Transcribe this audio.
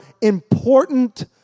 important